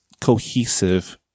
cohesive